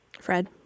Fred